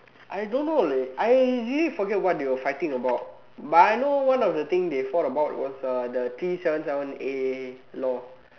I don't know leh I really forget what they were fighting about but I know one of the thing they fought about was uh the three seven seven A law